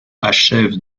achève